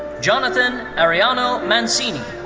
jonathan ariano mancini.